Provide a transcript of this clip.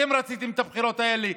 אתם רציתם את הבחירות האלה,